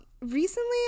recently